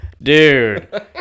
Dude